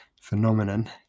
phenomenon